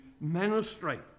ministry